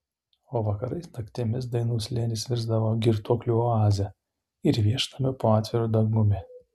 o vakarais naktimis dainų slėnis virsdavo girtuoklių oaze ir viešnamiu po atviru dangumi